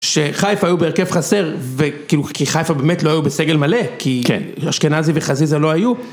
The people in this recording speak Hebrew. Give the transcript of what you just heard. שחיפה היו בהרכב חסר, וכאילו חיפה באמת לא היו בסגל מלא כי אשכנזי וחזיזה לא היו